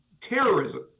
terrorism